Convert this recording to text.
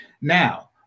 Now